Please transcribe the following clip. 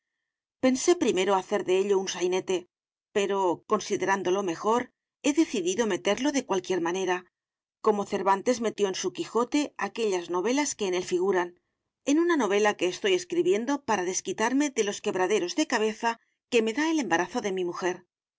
pensé primero hacer de ello un sainete pero considerándolo mejor he decidido meterlo de cualquier manera como cervantes metió en su quijote aquellas novelas que en él figuran en una novela que estoy escribiendo para desquitarme de los quebraderos de cabeza que me da el embarazo de mi mujer